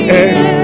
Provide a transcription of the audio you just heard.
end